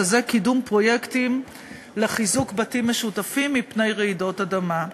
שזה קידום פרויקטים לחיזוק בתים משותפים מפני רעידות אדמה.